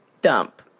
dump